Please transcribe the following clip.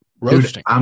roasting